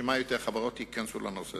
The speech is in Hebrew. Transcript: שכמה שיותר חברות ייכנסו לנושא.